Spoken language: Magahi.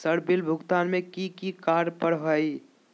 सर बिल भुगतान में की की कार्य पर हहै?